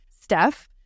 Steph